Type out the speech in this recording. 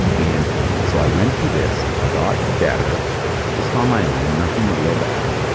and so i went through this, i got better just on my own, nothing real bad,